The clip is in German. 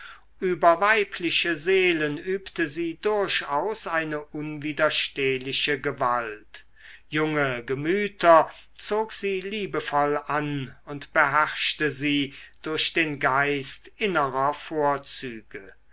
über weibliche seelen übte sie durchaus eine unwiderstehliche gewalt junge gemüter zog sie liebevoll an und beherrschte sie durch den geist innerer vorzüge